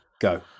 Go